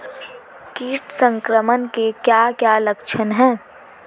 कीट संक्रमण के क्या क्या लक्षण हैं?